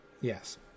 Yes